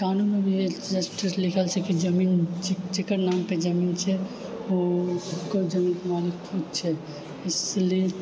कानूनमे यही स्पष्ट लिखल छै की जमीन जकर नामपर जमीन छै उ ओकर जमीनके मालिक छै इसीलिए